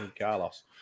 Carlos